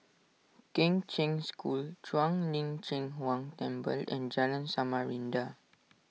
Kheng Cheng School Shuang Lin Cheng Huang Temple and Jalan Samarinda